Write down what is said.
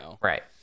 right